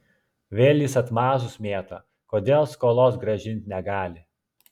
vėl jis atmazus mėto kodėl skolos grąžint negali